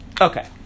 Okay